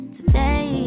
Today